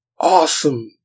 awesome